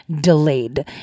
delayed